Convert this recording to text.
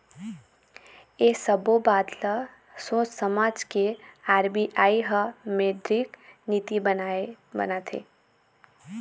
ऐ सब्बो बात ल सोझ समझ के आर.बी.आई ह मौद्रिक नीति बनाथे